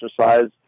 exercise